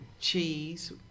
cheese